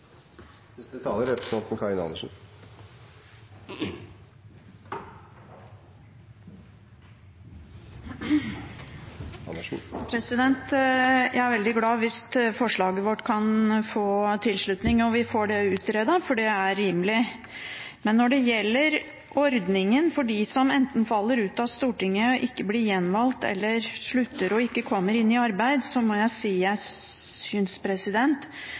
Jeg er veldig glad hvis forslaget vårt kan få tilslutning og vi får det utredet, for det er rimelig. Men når det gjelder ordningen for dem som enten faller ut av Stortinget og ikke blir gjenvalgt, eller som slutter og ikke kommer i arbeid, synes jeg